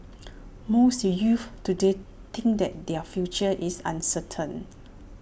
most youths today think that their future is uncertain